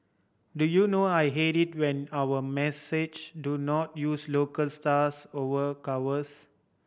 do you know I hate it when our massage do not use local stars over covers